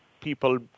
people